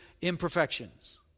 imperfections